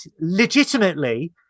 legitimately